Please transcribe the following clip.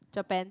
Japan